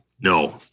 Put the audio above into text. No